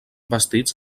bastits